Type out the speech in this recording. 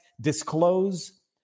disclose